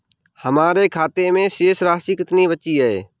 हमारे खाते में शेष राशि कितनी बची है?